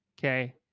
Okay